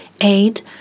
aid